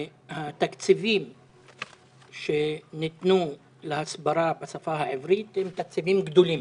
התקציבים שניתנו להסברה בשפה העברית הם תקציבים גדולים